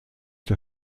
der